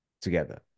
together